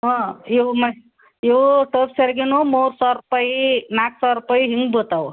ಹಾಂ ಇವು ಮತ್ತು ಇವು ಟೋಪ್ ಸೆರ್ಗಿನವು ಮೂರು ಸಾವಿರ ರುಪಾಯಿ ನಾಲ್ಕು ಸಾವಿರ ರುಪಾಯಿ ಹಿಂಗೆ ಬೀಳ್ತಾವು